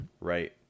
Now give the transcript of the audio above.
right